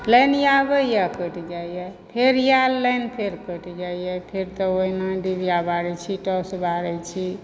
line आबैय कटि जाइए फेर आयल लाइन फेर कटि जाइए फेर तऽ ओहिना डिबिआ बारैत छी टोर्च बारैत छी